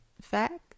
fact